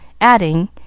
adding